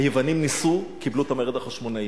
היוונים ניסו, קיבלו את המרד החשמונאי.